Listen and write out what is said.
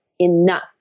enough